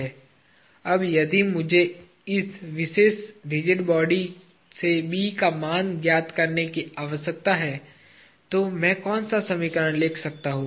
अब यदि मुझे इस विशेष रिजिड बॉडी से B का मान ज्ञात करने की आवश्यकता है तो मैं कौन सा समीकरण लिख सकता हूँ